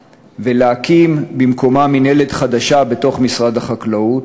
ולהקים במקומה מינהלת חדשה בתוך משרד החקלאות.